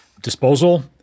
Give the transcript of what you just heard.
disposal